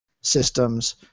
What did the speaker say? systems